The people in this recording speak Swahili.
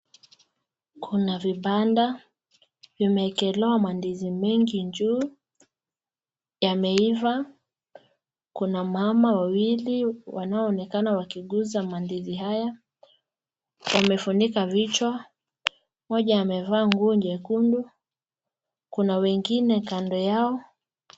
Kuna vibanda, vimeekelewa mandizi mingi juu, yameiva, kuna mama wawili wanaonekana wakiguza mandizi haya, wamefunika vichwa , moja amevaa nguo nyekundu , kuna wengine kando yao.